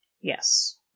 Yes